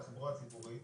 התחבורה הציבורית,